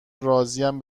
راضیم